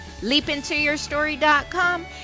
leapintoyourstory.com